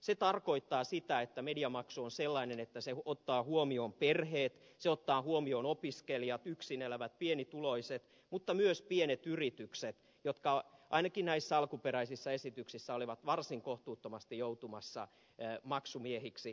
se tarkoittaa sitä että mediamaksu on sellainen että se ottaa huomioon perheet se ottaa huomioon opiskelijat yksin elävät pienituloiset mutta myös pienet yritykset jotka ainakin näissä alkuperäisissä esityksissä olivat varsin kohtuuttomasti joutumassa maksumiehiksi